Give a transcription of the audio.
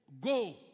go